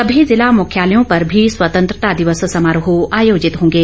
सभी जिला मुख्यालयों पर भी स्वतंत्रता दिवस समारोह आयोजित होंगे